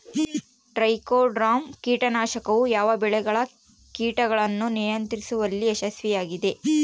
Trichoderma ಕೇಟನಾಶಕವು ಯಾವ ಬೆಳೆಗಳ ಕೇಟಗಳನ್ನು ನಿಯಂತ್ರಿಸುವಲ್ಲಿ ಯಶಸ್ವಿಯಾಗಿದೆ?